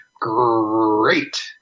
great